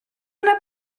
ona